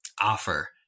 offer